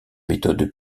méthodes